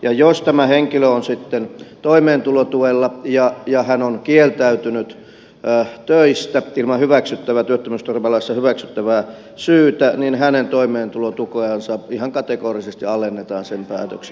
jos tämä henkilö on sitten toimeentulotuella ja hän on kieltäytynyt töistä ilman työttömyysturvalaissa hyväksyttävää syytä niin hänen toimeentulotukeansa ihan kategorisesti alennetaan sen päätöksen jälkeen